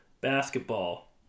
basketball